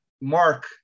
mark